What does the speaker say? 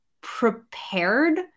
prepared